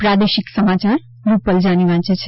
પ્રાદેશિક સમાચાર રૂપલ જાની વાંચે છે